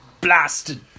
Blasted